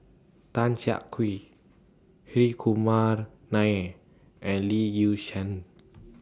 Tan Siak Kew Hri Kumar Nair and Lee Yi Shyan